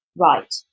right